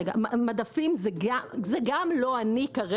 מדפים זה גם לא אני כרגע.